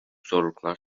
zorluklar